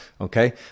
Okay